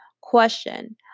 Question